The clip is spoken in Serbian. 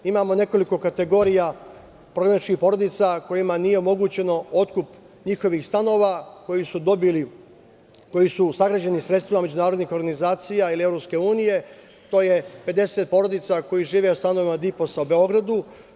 Imamo nekoliko kategorija prognaničkih porodica kojima nije omogućen otkup njihovih stanova koji su sagrađeni sredstvima međunarodnih organizacija ili EU, to je 50 porodica koje žive u stanovima „Diposa“ u Beogradu.